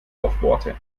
aufbohrte